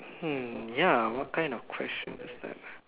hmm ya what kind of question is that